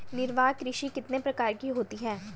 निर्वाह कृषि कितने प्रकार की होती हैं?